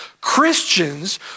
Christians